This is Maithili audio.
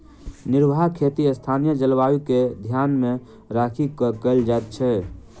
निर्वाह खेती स्थानीय जलवायु के ध्यान मे राखि क कयल जाइत छै